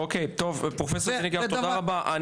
אוקיי, טוב, פרופסור זיניגרד תודה רבה.